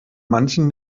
manchen